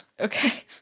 Okay